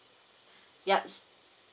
yes